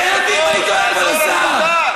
תקן אותי אם אני טועה, אדון השר.